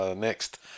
Next